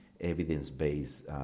evidence-based